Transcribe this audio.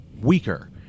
weaker